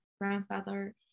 grandfather